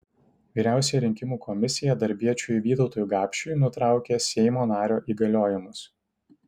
vyriausioji rinkimų komisija darbiečiui vytautui gapšiui nutraukė seimo nario įgaliojimus